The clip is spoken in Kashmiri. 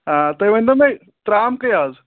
آ تُہۍ ؤنۍ تو مےٚ ترٛام کٔہۍ آز